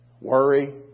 worry